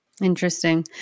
Interesting